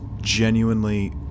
genuinely